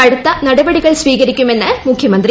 കടുത്ത നടപടികൾ സ്വീകരിക്കുമെന്ന് മുഖ്യമന്ത്രി